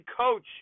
coach